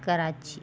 Karachi